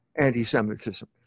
anti-Semitism